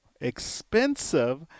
expensive